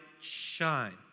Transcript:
shine